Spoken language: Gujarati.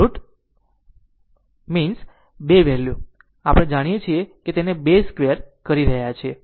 રુટ મીનસ 2 વેલ્યુ માટે પહેલા આપણે તેને 2 સ્ક્વેર કરી રહ્યા છીએ